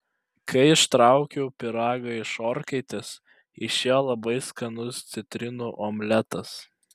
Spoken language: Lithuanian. kai ištraukiau pyragą iš orkaitės išėjo labai skanus citrinų omletas